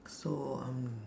so I'm